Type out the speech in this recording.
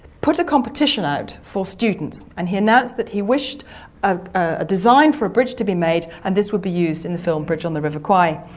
put a competition out for students and he announced that he wished a design for a bridge to be made and this would be used in the film bridge on the river kwai.